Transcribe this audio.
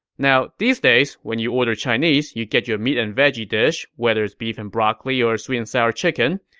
now, these days, when you order chinese, you get your meat-and-veggie dish, whether it's beef and broccoli or sweet-and-sour chicken,